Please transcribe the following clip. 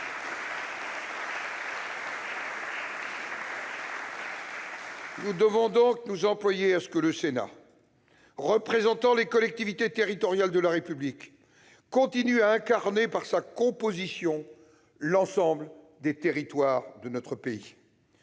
Nous devons nous employer à ce que le Sénat, représentant les collectivités territoriales de la République, continue à incarner, par sa composition, l'ensemble des territoires de notre pays.